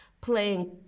Playing